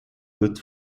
good